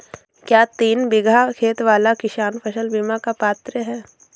क्या तीन बीघा खेत वाला किसान फसल बीमा का पात्र हैं?